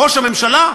ראש הממשלה,